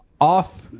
off